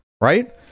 right